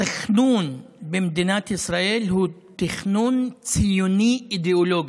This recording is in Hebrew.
התכנון במדינת ישראל הוא תכנון ציוני אידיאולוגי.